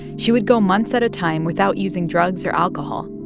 she would go months at a time without using drugs or alcohol,